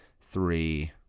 three